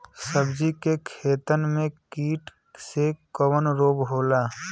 सब्जी के खेतन में कीट से कवन रोग होला?